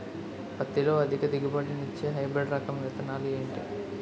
పత్తి లో అధిక దిగుబడి నిచ్చే హైబ్రిడ్ రకం విత్తనాలు ఏంటి